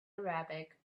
arabic